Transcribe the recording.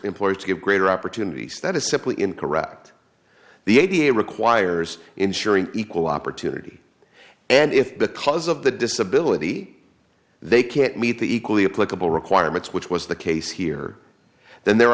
to give greater opportunities that is simply incorrect the a b a requires ensuring equal opportunity and if because of the disability they can't meet the equally applicable requirements which was the case here then there are